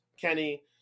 Kenny